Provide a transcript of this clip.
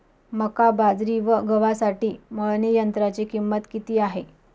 मका, बाजरी व गव्हासाठी मळणी यंत्राची किंमत किती आहे?